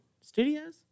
studios